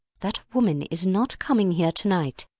that woman is not coming here to-night!